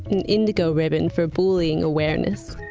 an indigo ribbon for bullying awareness.